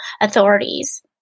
authorities